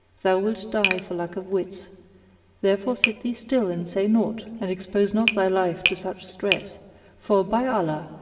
thou wilt die for lack of wits therefore sit thee still and say naught and expose not thy life to such stress for, by allah,